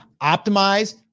optimize